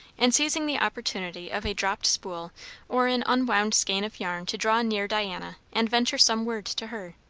and seizing the opportunity of a dropped spool or an unwound skein of yarn to draw near diana and venture some word to her.